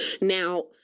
Now